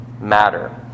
matter